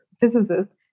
physicist